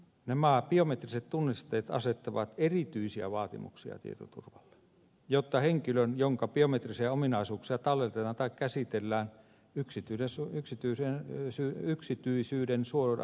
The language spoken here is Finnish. nämä biometriset tunnisteet asettavat erityisiä vaatimuksia tietoturvalle jotta henkilön jonka biometrisiä ominaisuuksia talletetaan tai käsitellään yksityisyyden suoja voidaan varmistaa